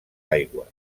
aigües